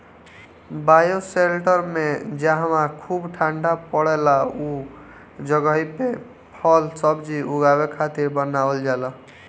bioshelter में जहवा खूब ठण्डा पड़ेला उ जगही पे फल सब्जी उगावे खातिर बनावल जाला